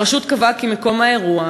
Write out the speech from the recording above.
הרשות קבעה כי מקום האירוע,